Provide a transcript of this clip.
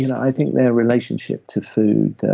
you know i think their relationship to food